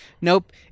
nope